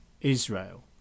Israel